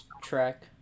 track